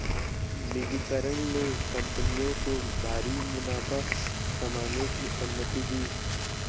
निजीकरण ने कंपनियों को भारी मुनाफा कमाने की अनुमति दी